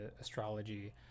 astrology